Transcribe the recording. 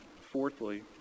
Fourthly